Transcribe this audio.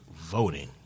voting